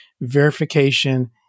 Verification